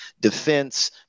defense